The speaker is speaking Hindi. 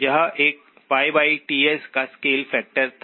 यह एक Ts का स्केल फैक्टर था